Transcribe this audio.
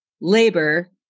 labor